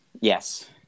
yes